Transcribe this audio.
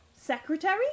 secretary